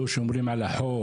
שלא שומרים על החוק.